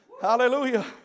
Hallelujah